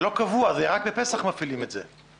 זה לא קבוע, זה רק לפסח מפעילים את זה.